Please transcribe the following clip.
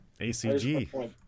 ACG